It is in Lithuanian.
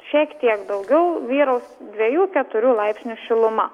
šiek tiek daugiau vyraus dviejų keturių laipsnių šiluma